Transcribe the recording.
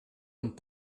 und